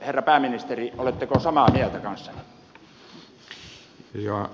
herra pääministeri oletteko samaa mieltä kanssani